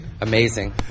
Amazing